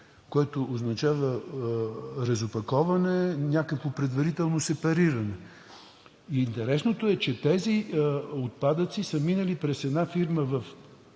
което означава разопаковане, някакво предварително сепариране. Интересното е, че тези отпадъци са минали през една фирма в Пазарджик,